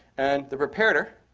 and the preparator,